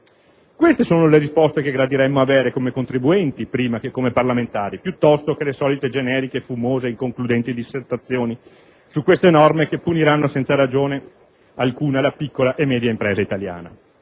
Queste sono le risposte che gradiremmo avere come contribuenti, prima che come parlamentari, piuttosto che le solite generiche, fumose e inconcludenti dissertazioni su queste norme che puniranno, senza ragione alcuna, la piccola e media impresa italiana.